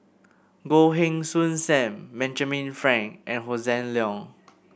Goh Heng Soon Sam Benjamin Frank and Hossan Leong